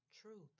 Truth